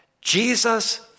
Jesus